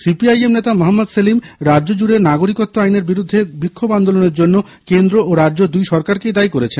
CPIM নেতা মহম্মদ সেলিম রাজ্যজুড়ে নাগরিকত্ব আইনের বিরুদ্ধে বিক্ষোভ আন্দোলনের জন্য কেন্দ্র ও রাজ্য দুই সরকারকেই দায়ী করেছে